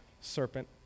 serpent